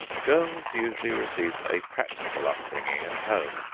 girls usually received a practical upbringing at home.